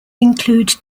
include